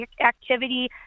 activity